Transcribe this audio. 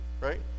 right